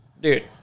Dude